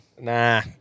Nah